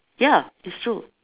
ya it's true